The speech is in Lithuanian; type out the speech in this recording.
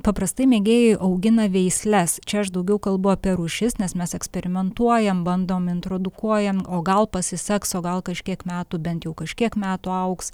paprastai mėgėjai augina veisles čia aš daugiau kalbu apie rūšis nes mes eksperimentuojam bandom introdukuojant o gal pasiseks o gal kažkiek metų bent jau kažkiek metų augs